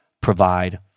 provide